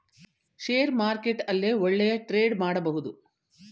share market ಅಲ್ಲೇ ಒಳ್ಳೆಯ trade ಮಾಡಬಹುದು